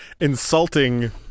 insulting